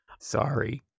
Sorry